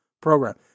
program